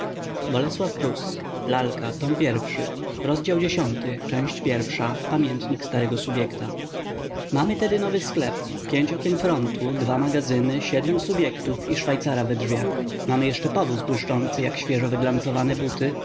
się tego człowieka szepnęła panna izabela mamy tedy nowy sklep pięć okien frontu dwa magazyny siedmiu subjektów i szwajcara we drzwiach mamy jeszcze powóz błyszczący jak świeżo wyglancowane buty